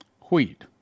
wheat